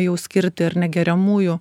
jau skirti ar ne geriamųjų